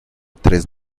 tres